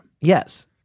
Yes